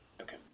Okay